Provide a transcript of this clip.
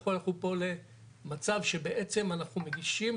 אנחנו הלכנו פה למצב שבעצם אנחנו מגישים